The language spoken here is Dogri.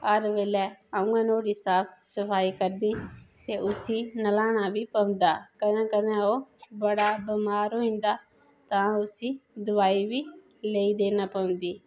हर बैल्ले अ'ऊ गै नुआढ़ी साफ सफाई ते उसी नहलाना बी औंदा कदें कदें ओह् बड़ा बमार होई जंदा तां उसी दबाई बी लेई देना पौंदी